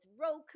Roku